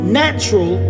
natural